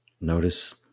Notice